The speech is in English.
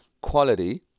quality